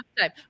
time